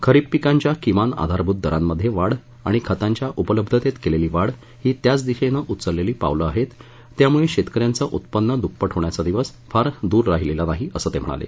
खरीप पिकांच्या किमान आधारभूत दरांमध्ये वाढ आणि खतांच्या उपलब्धतेत केलेली वाढ ही त्याचं दिशेनं उचललेली पावलं आहेत त्यामुळे शेतकऱ्यांचं उत्पन्न दुप्पट होण्याचा दिवस फार दूर राहिलेला नाही असं ते म्हणाले